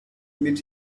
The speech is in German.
mit